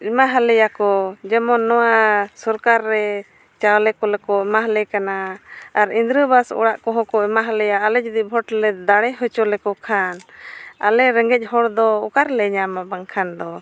ᱮᱢᱟᱞᱮᱭᱟ ᱠᱚ ᱡᱮᱢᱚᱱ ᱱᱚᱣᱟ ᱥᱚᱨᱠᱟᱨ ᱨᱮ ᱪᱟᱣᱞᱮ ᱠᱚᱠᱚ ᱮᱢᱟᱣᱟᱞᱮ ᱠᱟᱱᱟ ᱟᱨ ᱤᱱᱫᱤᱨᱟ ᱟᱵᱟᱥ ᱚᱲᱟᱜ ᱠᱚᱦᱚᱸ ᱠᱚ ᱮᱢᱟ ᱟᱞᱮᱭᱟ ᱟᱞᱮ ᱡᱩᱫᱤ ᱨᱮᱞᱮ ᱫᱟᱲᱮ ᱦᱚᱪᱚ ᱞᱮᱠᱚᱠᱷᱟᱱ ᱟᱞᱮ ᱨᱮᱸᱜᱮᱡ ᱦᱚᱲᱫᱚ ᱚᱠᱟ ᱨᱮᱞᱮ ᱧᱟᱢᱟ ᱵᱟᱝᱠᱷᱟᱱ ᱫᱚ